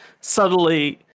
subtly